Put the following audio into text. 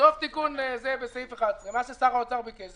סוף התיקן בסעיף 11, מה ששר האוצר ביקש.